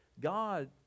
God